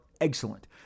excellent